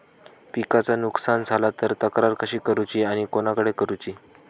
पिकाचा नुकसान झाला तर तक्रार कशी करूची आणि कोणाकडे करुची?